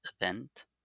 event